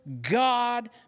God